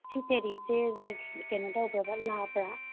ꯁꯤ ꯆꯦꯔꯤꯁꯦ ꯀꯩꯅꯣ ꯇꯧꯕ꯭ꯔꯕ ꯂꯥꯛꯑꯕ꯭ꯔꯥ